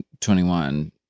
21